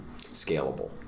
scalable